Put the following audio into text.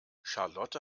charlotte